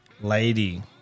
lady